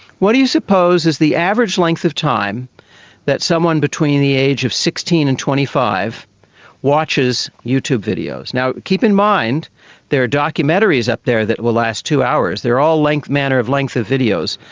what do you suppose is the average length of time that someone between the age of sixteen and twenty five watches youtube videos? now, keep in mind there are documentaries up there that will last two hours, there are all manner of length of videos.